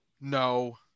No